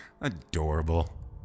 adorable